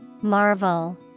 Marvel